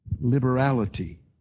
liberality